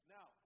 Now